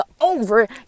over